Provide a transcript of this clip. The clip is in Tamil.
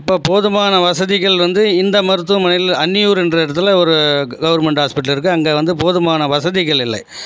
அப்போது போதுமான வசதிகள் வந்து இந்த மருத்துவமனையில் அன்னியூருன்ற இடத்துல ஒரு கவர்ன்மெண்ட் ஹாஸ்பிட்டல் இருக்குது அங்க வந்து போதுமான வசதிகள் இல்லை